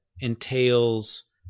entails